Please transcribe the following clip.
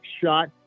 shot